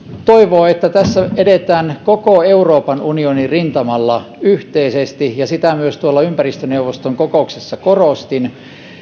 toivoo että tässä edetään koko euroopan unionin rintamalla yhteisesti ja sitä myös tuolla ympäristöneuvoston kokouksessa korostin